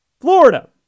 Florida